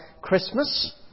Christmas